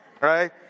right